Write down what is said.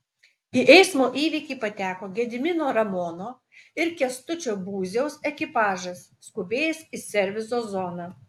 į eismo įvykį pateko gedimino ramono ir kęstučio būziaus ekipažas skubėjęs į serviso zoną